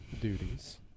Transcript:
duties